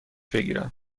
بگیرم